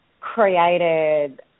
created